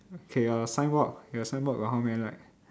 okay your signboard your signboard got how many light